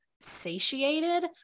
satiated